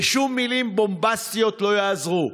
ושום מילים בומבסטיות לא יעזרו.